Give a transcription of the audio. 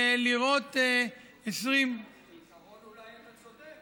בעיקרון אולי אתה צודק,